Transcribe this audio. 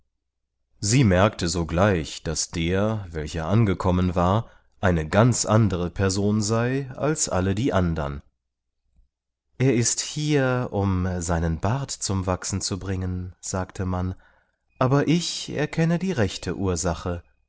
sie merkte sogleich daß der welcher angekommen war eine ganz andere person sei als alle die andern er ist hier um seinen bart zum wachsen zu bringen sagte man aber ich erkenne die rechte ursache